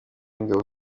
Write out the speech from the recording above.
w’ingabo